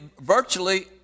virtually